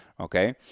okay